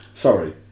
Sorry